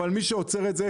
אבל מי שעוצר את זה,